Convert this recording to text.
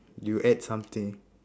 you add something